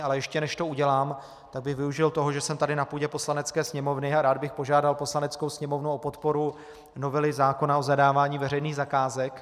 Ale ještě než to udělám, tak bych využil toho, že jsem tady na půdě Poslanecké sněmovny, a rád bych požádal Poslaneckou sněmovnu o podporu novely zákona o zadávání veřejných zakázek.